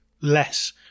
less